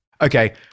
Okay